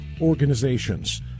organizations